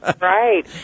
Right